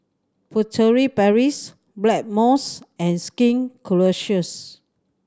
Furtere Paris Blackmores and Skin Ceuticals